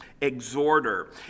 exhorter